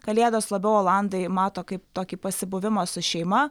kalėdas labiau olandai mato kaip tokį pasibuvimą su šeima